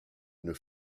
une